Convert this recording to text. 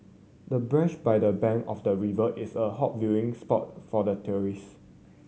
the bench by the bank of the river is a hot viewing spot for the tourist